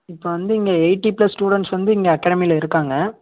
இப்போ வந்து இங்கே எய்ட்டி ப்ளஸ் ஸ்டூடெண்ட்ஸ் வந்து இங்கே அகாடமியில இருக்காங்க